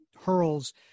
hurls